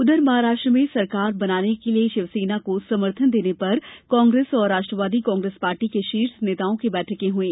उधर महाराष्ट्र में सरकार बनाने के लिए शिवसेना को समर्थन देने पर कांग्रेस और राष्ट्रवादी कांग्रेस पार्टी के शीर्ष नेताओं की बैठकें हुई